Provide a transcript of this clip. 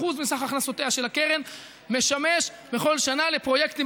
ש-1% מסך הכנסותיה של הקרן משמש בכל שנה לפרויקטים